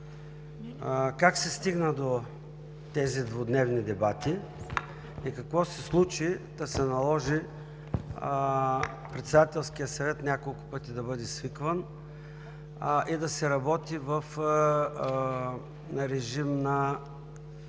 как се стигна до тези двудневни дебати и какво се случи, та се наложи Председателският съвет няколко пъти да бъде свикван и да се работи в режим на